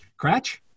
Cratch